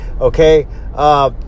Okay